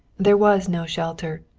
there was no shelter.